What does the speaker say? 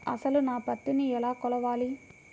అసలు నా పత్తిని ఎలా కొలవాలి?